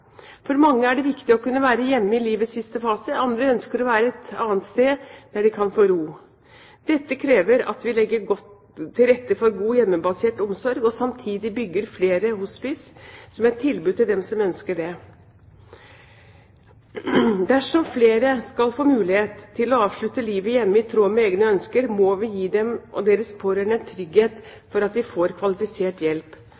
For mange er det viktig å kunne være hjemme i livets siste fase, andre ønsker å være et annet sted der de kan få ro. Dette krever at vi legger godt til rette for god hjemmebasert omsorg og samtidig bygger flere hospicer som et tilbud til dem som ønsker det. Dersom flere skal få mulighet til å avslutte livet hjemme i tråd med egne ønsker, må vi gi dem og deres pårørende en trygghet for at de får kvalifisert hjelp.